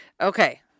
okay